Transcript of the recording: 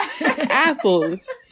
apples